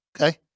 Okay